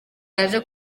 yaje